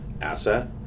asset